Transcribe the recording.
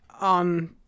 on